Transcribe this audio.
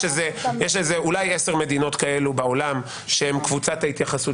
יש אולי 10 מדינות כאלה בעולם שהן קבוצת ההתייחסות